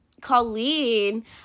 Colleen